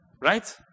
right